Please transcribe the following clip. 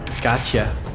gotcha